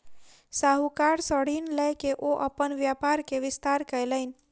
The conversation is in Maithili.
साहूकार सॅ ऋण लय के ओ अपन व्यापार के विस्तार कयलैन